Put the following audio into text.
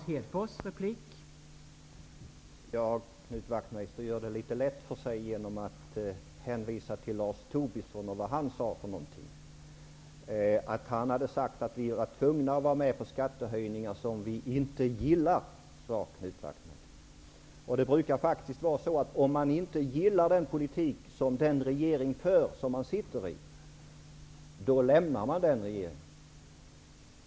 Herr talman! Knut Wachtmeister gör det litet lätt för sig genom att hänvisa till vad Lars Tobisson sagt. Denne hade sagt att man var tvungen att gå med på skattehöjningar som man inte gillade. m man inte gillar den politik som den egna regeringen för, lämnar man den regeringen.